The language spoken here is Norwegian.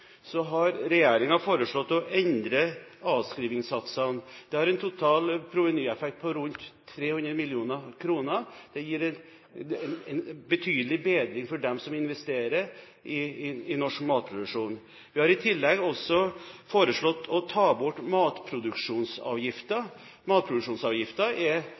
foreslått å endre avskrivningssatsene. Det har en total provenyeffekt på rundt 300 mill. kr, en betydelig bedring for dem som investerer i norsk matproduksjon. Vi har i tillegg også foreslått å ta bort matproduksjonsavgiften. Matproduksjonsavgiften er